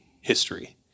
history